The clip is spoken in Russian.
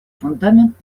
фундамент